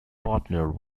partner